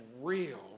real